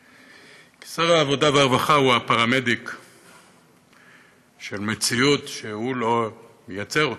כי שר העבודה והרווחה הוא הפרמדיק של מציאות שהוא לא יוצר אותה.